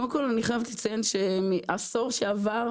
קודם כל אני חייבת לציין שמהעשור שעבר,